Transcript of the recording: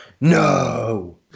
No